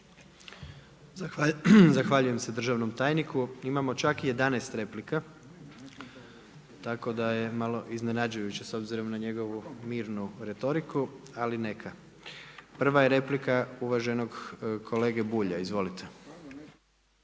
Zahvaljujem se državnom tajniku. Imamo čak 11 replika, tako da je malo iznenađujuće s obzirom na njegovu mirnu retoriku, ali neka. Prva je replika uvaženog kolege Bulja. Izvolite.